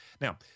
Now